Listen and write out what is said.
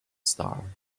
star